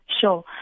Sure